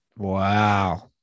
Wow